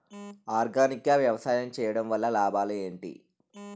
Organic గా వ్యవసాయం చేయడం వల్ల లాభాలు ఏంటి?